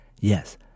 Yes